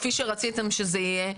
כפי שרציתם שזה יהיה,